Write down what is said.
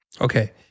Okay